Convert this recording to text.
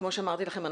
כמו שאמרתי לכם,